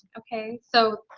ok. so,